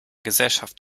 gesellschaft